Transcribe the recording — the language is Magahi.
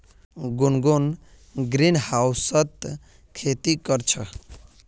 गुनगुन ग्रीनहाउसत खेती कर छ